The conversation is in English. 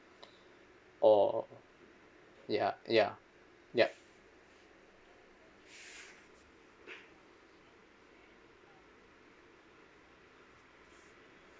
or ya ya yup